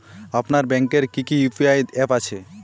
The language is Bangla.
আপনার ব্যাংকের কি কি ইউ.পি.আই অ্যাপ আছে?